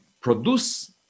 produce